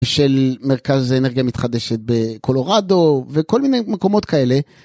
של מרכז אנרגיה מתחדשת בקולורדו וכל מיני מקומות כאלה.